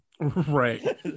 right